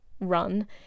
run